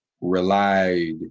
relied